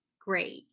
great